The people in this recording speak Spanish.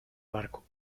barco